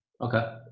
Okay